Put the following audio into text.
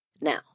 Now